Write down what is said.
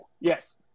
Yes